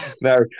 No